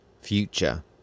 future